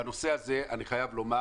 בנושא הזה אני חייב לומר